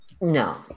No